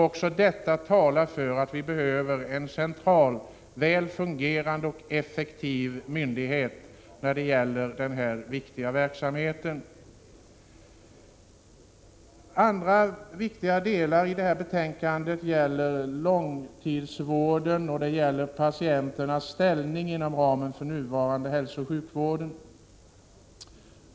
Också detta talar för att vi behöver en central, väl fungerande och effektiv myndighet som kan hantera denna angelägna verksamhet. Andra viktiga delar i detta betänkande gäller långtidsvård och patientens ställning inom ramen för nuvarande hälsooch sjukvård.